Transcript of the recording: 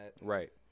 Right